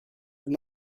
they